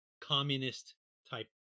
communist-type